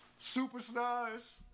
Superstars